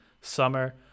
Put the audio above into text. summer